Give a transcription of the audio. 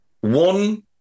one